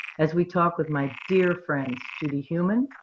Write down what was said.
as we talk with my dear friends, judy heumann,